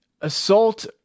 assault